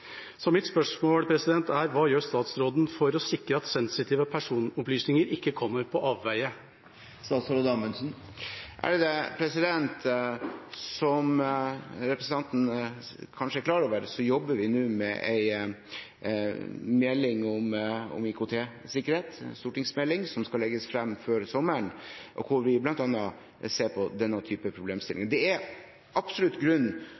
Så mitt spørsmål er: Hva gjør statsråden for å sikre at sensitive personopplysninger ikke kommer på avveie? Som representanten kanskje er klar over, jobber vi nå med en stortingsmelding om IKT-sikkerhet som skal legges frem før sommeren, hvor vi bl.a. ser på denne typen problemstillinger. Det er absolutt grunn